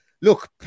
look